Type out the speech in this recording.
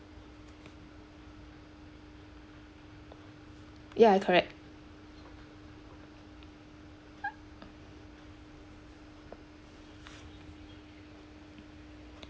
ya correct